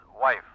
wife